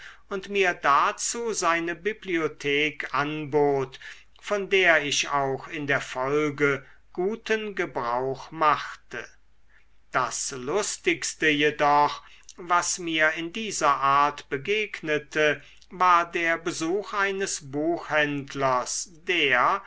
und mir dazu seine bibliothek anbot von der ich auch in der folge guten gebrauch machte das lustigste jedoch was mir in dieser art begegnete war der besuch eines buchhändlers der